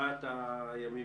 לקראת הימים